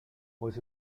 was